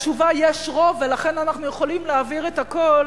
והתשובה "יש רוב ולכן אנחנו יכולים להעביר את הכול",